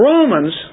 Romans